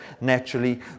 naturally